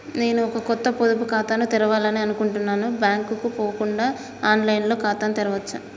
నేను ఒక కొత్త పొదుపు ఖాతాను తెరవాలని అనుకుంటున్నా బ్యాంక్ కు పోకుండా ఆన్ లైన్ లో ఖాతాను తెరవవచ్చా?